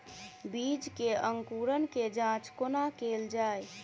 बीज केँ अंकुरण केँ जाँच कोना केल जाइ?